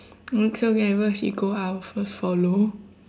mm so wherever she go out I also follow